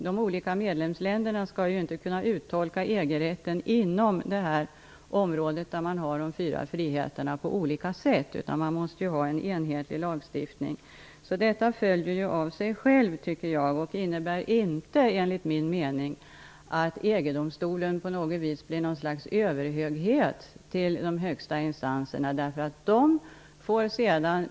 De olika medlemsländerna skall inte kunna uttolka EG-rätten på olika sätt när det gäller de fyra friheterna. Man måste ha en enhetlig lagstiftning. Jag tycker att det säger sig självt. Enligt min mening innebär det inte att EG domstolen blir ett slags överhöghet i förhållande till de högsta instanserna.